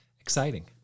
exciting